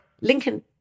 Lincoln